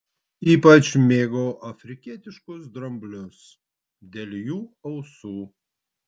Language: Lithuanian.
ypač mėgau afrikietiškus dramblius dėl jų ausų